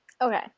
Okay